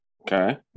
okay